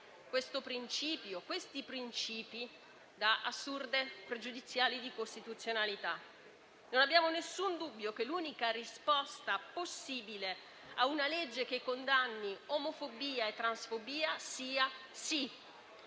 questi principi da assurde pregiudiziali di costituzionalità. Non abbiamo alcun dubbio che l'unica risposta possibile a una legge che condanni omofobia e transfobia sia sì.